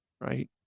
right